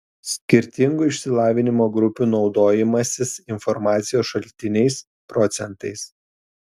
skirtingų išsilavinimo grupių naudojimasis informacijos šaltiniais procentais